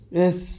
yes